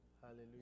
hallelujah